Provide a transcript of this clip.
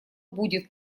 будет